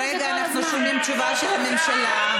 כרגע אנחנו שומעים תשובה של הממשלה.